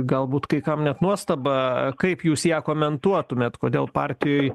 galbūt kai kam net nuostabą a kaip jūs ją komentuotumėt kodėl partijoj